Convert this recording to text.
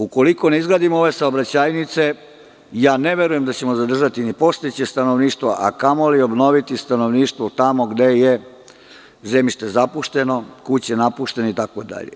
Ukoliko ne izgradimo ove saobraćajnice, ne verujem da ćemo zadržati ni postojeće stanovništvo, a kamoli obnoviti stanovništvo tamo gde je zemljište zapušteno, kuće napuštene itd.